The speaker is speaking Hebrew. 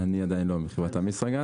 אני עדיין לא, אני מחברת "אמישראגז".